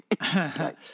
Right